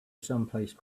someplace